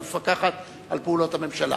המפקחת על פעולות הממשלה.